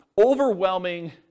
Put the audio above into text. overwhelming